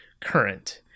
current